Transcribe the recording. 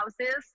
houses